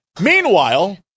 Meanwhile